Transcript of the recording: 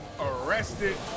arrested